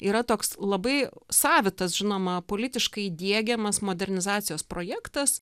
yra toks labai savitas žinoma politiškai diegiamas modernizacijos projektas